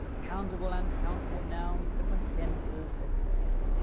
countable uncountable nouns, different tenses etc.